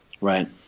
right